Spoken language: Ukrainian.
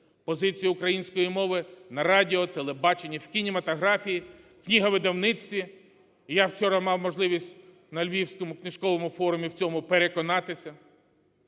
позицію української мови на радіо, телебаченні, в кінематографії, книговидавництві. Я вчора мав можливість на Львівському книжковому форумі в цьому переконатися.